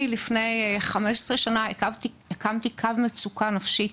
לפני 15 שנה הקמתי קו מצוקה נפשית,